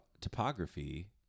topography